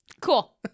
Cool